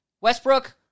Westbrook